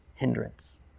hindrance